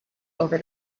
over